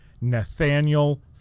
Nathaniel